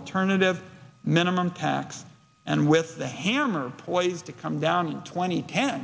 alternative minimum tax and with the hammer poised to come down in twenty can